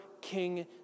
King